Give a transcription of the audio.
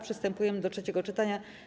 Przystępujemy do trzeciego czytania.